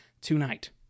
tonight